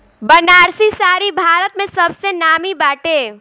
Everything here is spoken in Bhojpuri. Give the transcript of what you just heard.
बनारसी साड़ी भारत में सबसे नामी बाटे